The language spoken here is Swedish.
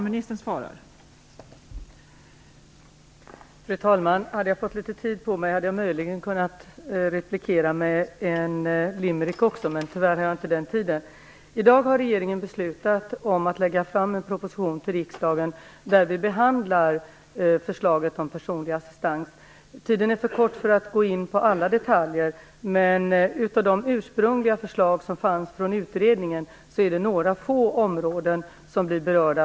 Fru talman! Hade jag fått litet tid på mig, hade jag möjligen i min tur kunnat replikera med en limerick, men tyvärr har jag inte den tiden till förfogande. I dag har regeringen beslutat om att lägga fram en proposition för riksdagen där vi behandlar förslaget om personlig assistans. Tiden är för knapp för att jag skall kunna gå in på alla detaljer, men av de förslag som ursprungligen fanns från utredningen är det några få områden som blir berörda.